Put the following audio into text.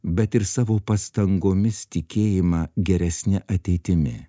bet ir savo pastangomis tikėjimą geresne ateitimi